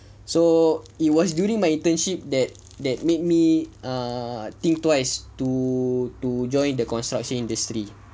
so it was during my internship that that made me err think twice to to join the construction industry